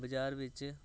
ਬਾਜ਼ਾਰ ਵਿੱਚ